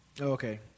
Okay